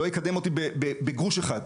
לא יקדם אותי בגרוש אחד.